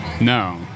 No